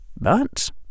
But